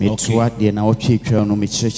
Okay